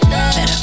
Better